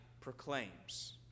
proclaims